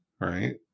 Right